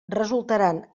resultaran